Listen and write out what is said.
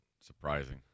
surprising